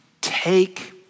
Take